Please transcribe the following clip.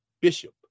bishop